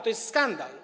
To jest skandal.